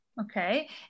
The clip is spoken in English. Okay